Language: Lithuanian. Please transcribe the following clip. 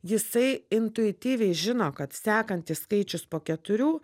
jisai intuityviai žino kad sekantis skaičius po keturių